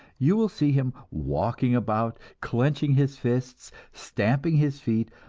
you will see him walking about, clenching his fists, stamping his feet,